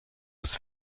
das